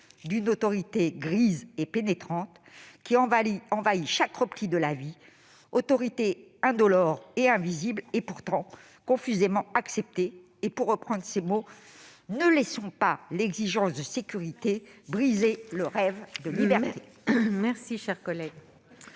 d'une autorité grise et pénétrante qui envahit chaque repli de la vie, autorité indolore et invisible et pourtant confusément acceptée. » Pour reprendre ses mots, ne laissons pas l'exigence de sécurité briser le rêve de liberté